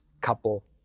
couple